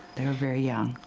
they were very young.